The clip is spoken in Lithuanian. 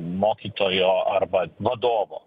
mokytojo arba vadovo